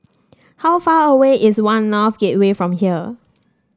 how far away is One North Gateway from here